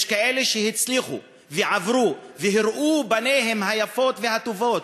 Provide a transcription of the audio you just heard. יש כאלה שהצליחו ועברו והראו פניהם היפות והטובות,